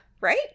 Right